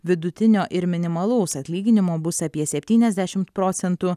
vidutinio ir minimalaus atlyginimo bus apie septyniasdešimt procentų